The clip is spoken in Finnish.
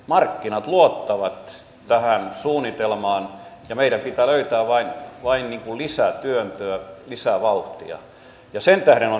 markkinat luottavat tähän suunnitelmaan ja meidän pitää vain löytää lisätyöntöä lisävauhtia ja sen tähden on tärkeätä että uskotaan kasvuun